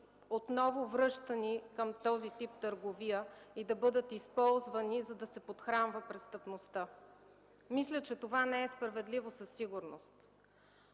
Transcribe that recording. отново връщани към този тип търговия и да бъдат използвани, за да се подхранва престъпността. Мисля, че това не е справедливо със сигурност.